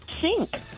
sink